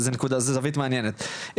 זו זווית מעניינת.